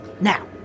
Now